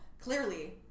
Clearly